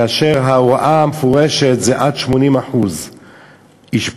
כאשר ההוראה המפורשת זה עד 80% אשפוז,